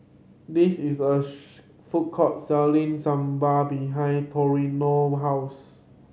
this is a food court selling Sambar behind Toriano house